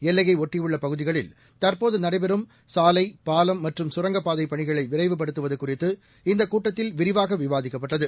எல்லையைலுட்டியுள்ளபகுதிகளில் தற்போதுநடைபெறும் சாலைபாலம் மற்றும் கரங்கப் பாதைப் பணிகளைவிரைவுப்படுத்துவதுகுறித்து இந்தக் கூட்டத்தில் விரிவாகவிவாதிக்கப்பட்டது